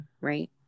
right